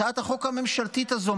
מה באה לעשות הצעת החוק הממשלתית הזו?